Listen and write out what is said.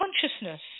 consciousness